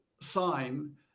sign